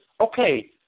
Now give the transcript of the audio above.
okay